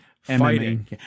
fighting